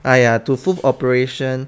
ah ya to full operation